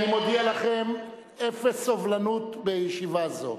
אני מודיע לכם, אפס סובלנות בישיבה זו.